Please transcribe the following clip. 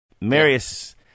Marius